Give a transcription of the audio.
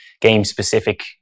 game-specific